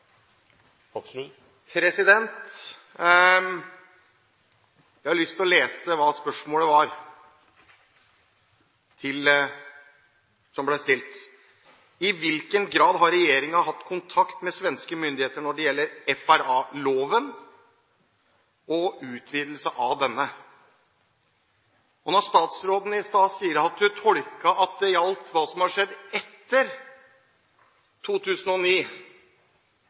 personvern. Jeg har lyst til å lese hva spørsmålet som ble stilt, var: I hvilken grad har regjeringen hatt kontakt med svenske myndigheter når det gjelder FRA-loven og utvidelse av denne? Når statsråden i stad sa at hun tolket hva som har skjedd etter 2009,